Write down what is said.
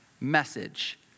message